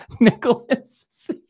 Nicholas